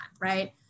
right